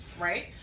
right